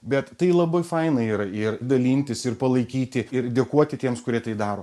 bet tai labai faina yra ir dalintis ir palaikyti ir dėkoti tiems kurie tai daro